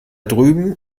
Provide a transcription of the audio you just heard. drüben